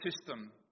system